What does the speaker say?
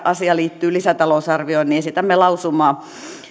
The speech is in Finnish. asia liittyy lisätalousarvioon esitämme lausumaa